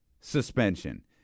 suspension